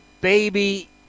baby